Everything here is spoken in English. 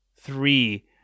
three